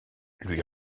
lui